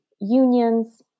unions